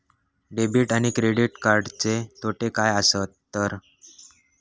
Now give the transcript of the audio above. Debit आणि credit कार्डचे तोटे काय आसत तर?